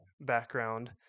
background